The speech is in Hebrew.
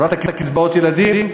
הורדת קצבאות ילדים?